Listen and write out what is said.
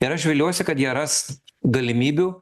ir aš viliuosi kad jie ras galimybių